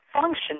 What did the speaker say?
function